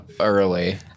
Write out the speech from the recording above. early